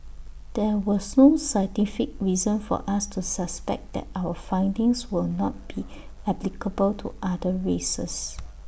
there was no scientific reason for us to suspect that our findings will not be applicable to other races